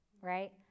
right